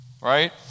right